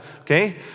Okay